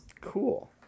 Cool